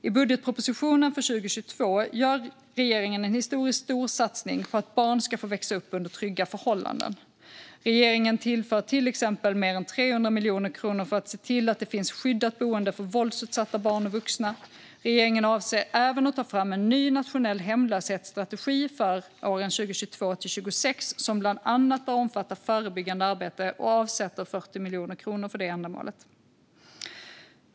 I budgetpropositionen för 2022 gör regeringen en historiskt stor satsning på att barn ska få växa upp under trygga förhållanden. Regeringen tillför till exempel mer än 300 miljoner kronor för att se till att det finns skyddat boende för våldsutsatta barn och vuxna. Regeringen avser även att ta fram en ny nationell hemlöshetsstrategi för 2022-2026, som bland annat bör omfatta förebyggande arbete, och avsätter 40 miljoner kronor för detta ändamål.